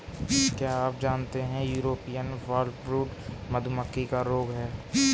क्या आप जानते है यूरोपियन फॉलब्रूड मधुमक्खी का रोग है?